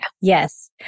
yes